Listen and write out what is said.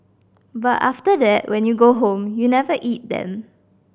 but after that when you go home you never eat them